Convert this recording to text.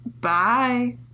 Bye